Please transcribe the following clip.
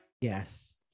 Yes